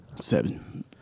seven